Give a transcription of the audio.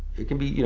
it can be,